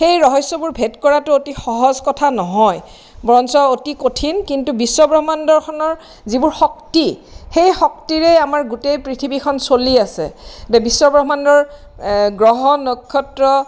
সেই ৰহস্যবোৰ ভেদ কৰাটো অতি সহজ কথা নহয় বৰঞ্চ অতি কঠিন কিন্তু বিশ্বব্ৰহ্মাণ্ডখনৰ যিবোৰ শক্তি সেই শক্তিৰেই আমাৰ গোটেই পৃথিৱীখন চলি আছে বিশ্বব্ৰহ্মাণ্ডৰ গ্ৰহ নক্ষত্ৰ